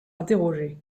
interrogés